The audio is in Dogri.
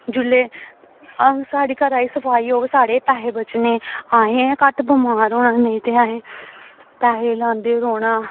जेल्लै साढ़ी घरै सफाई होग साढ़े गै पैहे बचने असें गै घट्ट बमार होना नेईं ते असें पैहे लांदे रौह्ना